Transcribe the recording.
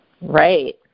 Right